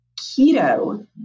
keto